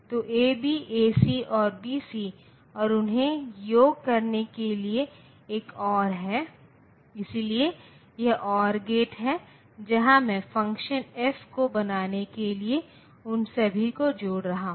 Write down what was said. तो ABAC और BC और उन्हें योग करने के लिए एक OR है इसलिए यह OR गेट है जहां मैं फ़ंक्शन F को बनाने के लिए उन सभी को जोड़ रहा हूं